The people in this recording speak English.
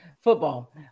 Football